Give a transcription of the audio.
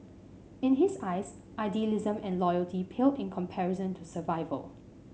in his eyes idealism and loyalty paled in comparison to survival